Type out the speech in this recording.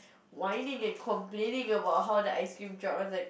whining and complaining about how the ice cream drop I was like